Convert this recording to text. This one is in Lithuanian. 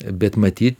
bet matyt